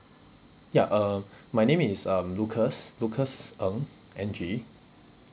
ya uh my name is um lucas lucas ng N G